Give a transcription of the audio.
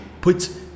put